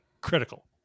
critical